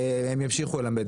הם ימשיכו ללמד,